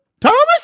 thomas